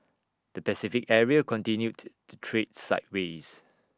the Pacific area continued to trade sideways